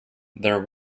there